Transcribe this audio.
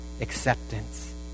acceptance